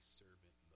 servant